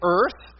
Earth